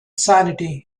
sanity